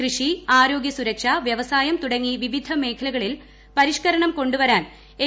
കൃഷി ആരോഗൃ സുരക്ഷ വ്യവസായം തുടങ്ങി വിവിധ മേഖലകളിൽ പരിഷ്കരണം കൊണ്ടുവരാൻ എൻ